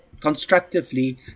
constructively